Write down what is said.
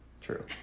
True